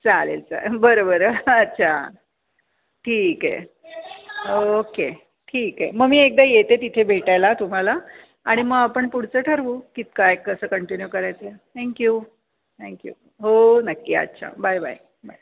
चालेल चालेल बरं बरं अच्छा ठीक आहे ओके ठीक आहे मग मी एकदा येते तिथे भेटायला तुम्हाला आणि मग आपण पुढचं ठरवू किती काय कसं कंटिन्यू करायचं थँक्यू थँक्यू हो नक्की अच्छा बाय बाय बाय